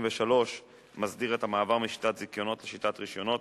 33 מסדיר את המעבר משיטת זיכיונות לשיטת רשיונות